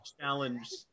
Challenge